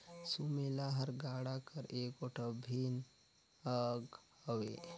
सुमेला हर गाड़ा कर एगोट अभिन अग हवे